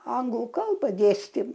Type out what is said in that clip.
anglų kalbą dėstė